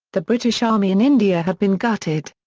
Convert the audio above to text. the british army in india had been gutted.